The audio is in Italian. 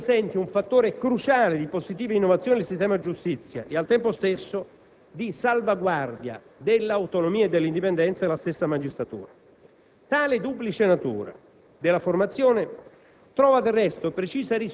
Sono personalmente persuaso che la formazione professionale dei magistrati rappresenti un fattore cruciale di positiva innovazione del sistema giustizia e, al tempo stesso, di salvaguardia dell'autonomia e dell'indipendenza della stessa magistratura.